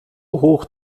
hoch